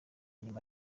nyuma